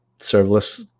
serverless